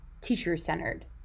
teacher-centered